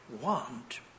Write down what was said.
want